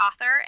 Author